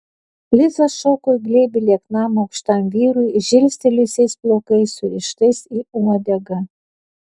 liza šoko į glėbį lieknam aukštam vyrui žilstelėjusiais plaukais surištais į uodegą